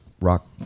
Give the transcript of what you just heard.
rock